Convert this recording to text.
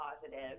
positive